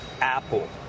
Apple